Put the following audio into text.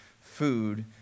food